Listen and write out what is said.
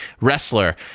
wrestler